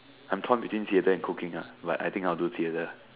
I'm torn between theatre and cooking ah but I think I'll do theatre lah